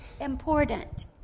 important